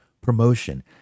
promotion